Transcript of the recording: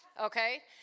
Okay